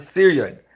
Syrian